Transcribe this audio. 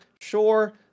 sure